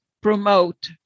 promote